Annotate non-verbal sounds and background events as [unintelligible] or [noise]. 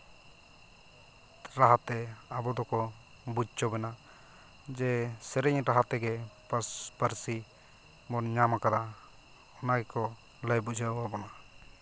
ᱨᱟᱦᱟᱛᱮ ᱟᱵᱚ ᱫᱚᱠᱚ ᱵᱩᱡᱽ ᱦᱚᱪᱚ ᱵᱚᱱᱟ ᱡᱮ ᱥᱮᱨᱮᱧ ᱨᱟᱦᱟ ᱛᱮᱜᱮ [unintelligible] ᱯᱟᱹᱨᱥᱤ ᱵᱚᱱ ᱧᱟᱢᱟᱠᱟᱫᱟ ᱚᱱᱟ ᱜᱮᱠᱚ ᱞᱟᱹᱭ ᱵᱩᱡᱷᱟᱹᱣᱟᱵᱚᱱᱟ